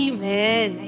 Amen